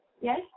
Yes